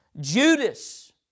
Judas